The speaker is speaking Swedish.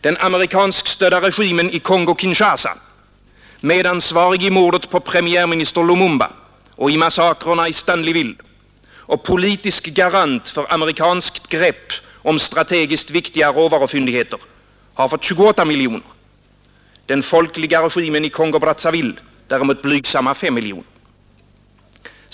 Den amerikanskstödda regimen i Kongo-Kinshasa, medansvarig i mordet på premiärminister Lumumba och i massakrerna i Stanleyville och politisk garant för amerikanskt grepp om strategiskt viktiga råvarufyndigheter, har fått 28 miljoner, den folkliga regimen i Kongo/Brazzaville däremot blygsamma 5 miljoner.